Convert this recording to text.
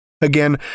Again